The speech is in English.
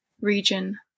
region